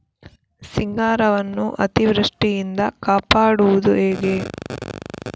ಸಿಂಗಾರವನ್ನು ಅತೀವೃಷ್ಟಿಯಿಂದ ಕಾಪಾಡುವುದು ಹೇಗೆ?